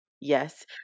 yes